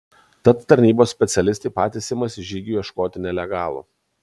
tad tarnybos specialistai patys imasi žygių ieškoti nelegalų